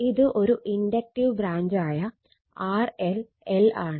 ഇത് ഒരു inductive branch ആയ RL L ആണ്